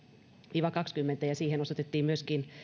viiva kaksituhattakaksikymmentä ja siihen osoitettiin myöskin